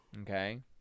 Okay